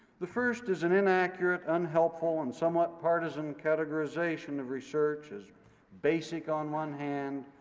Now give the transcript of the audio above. the first is an inaccurate, unhelpful, and somewhat partisan categorization of research as basic, on one hand,